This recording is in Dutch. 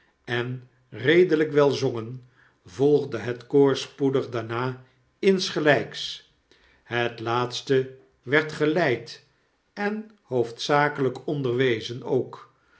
en redelijk wel zongen volgde het koor spoedig daarna insgelijks het laatste werd feleid en hoofdzakelijk onderwezen ook